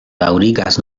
daŭrigas